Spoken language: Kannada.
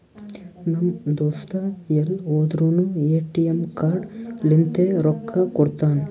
ನಮ್ ದೋಸ್ತ ಎಲ್ ಹೋದುರ್ನು ಎ.ಟಿ.ಎಮ್ ಕಾರ್ಡ್ ಲಿಂತೆ ರೊಕ್ಕಾ ಕೊಡ್ತಾನ್